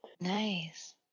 Nice